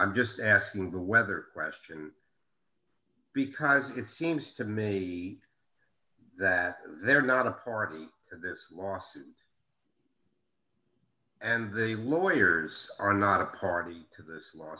i'm just asking the weather question because it seems to me that they're not a hardy in this lawsuit and they lawyers are not a party to this law